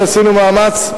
אף-על-פי שעשינו מאמץ,